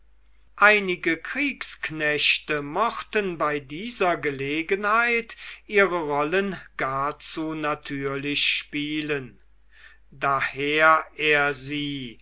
einige kriegsknechte mochten bei dieser gelegenheit ihre rollen gar zu natürlich spielen daher er sie